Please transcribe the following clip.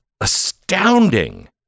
astounding